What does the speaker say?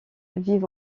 vivent